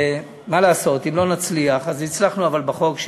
מה לעשות אם לא נצליח, אבל הצלחנו בחוק.